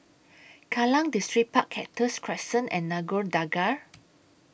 Kallang Distripark Cactus Crescent and Nagore Dargah